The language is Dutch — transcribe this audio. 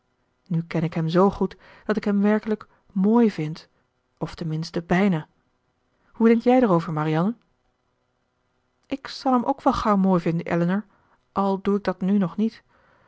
nu ken ik hem z goed dat ik hem werkelijk mooi vind of ten minste bijna hoe denkt jij erover marianne ik zal hem ook wel gauw mooi vinden elinor al doe ik dat nu nog niet